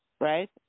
right